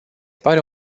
pare